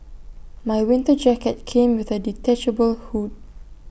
my winter jacket came with A detachable hood